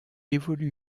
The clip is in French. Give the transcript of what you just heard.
évolue